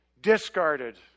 discarded